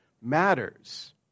matters